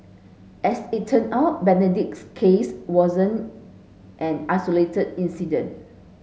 as it turn out Benedict's case wasn't an isolated incident